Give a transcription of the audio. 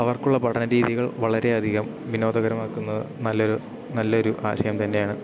അവർക്കുള്ള പഠന രീതികൾ വളരെയധികം വിനോദകരമാക്കുന്നത് നല്ലൊരു നല്ലൊരു ആശയം തന്നെയാണ്